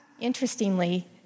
interestingly